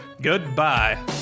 goodbye